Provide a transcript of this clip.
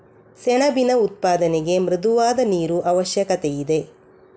ಸೆಣಬಿನ ಉತ್ಪಾದನೆಗೆ ಮೃದುವಾದ ನೀರು ಅವಶ್ಯಕತೆಯಿದೆ